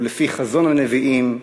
ולפי חזון הנביאים,